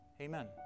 Amen